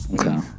Okay